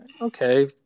Okay